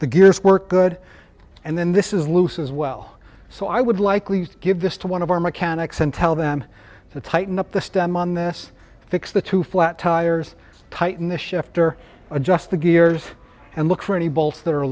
the gears work good and then this is loose as well so i would likely give this to one of our mechanics and tell them to tighten up the stem on this fix the two flat tires tighten the shifter adjust the gears and look for any bo